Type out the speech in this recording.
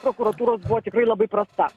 prokuratūros buvo tikrai labai prasta